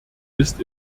ist